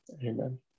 Amen